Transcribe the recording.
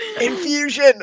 Infusion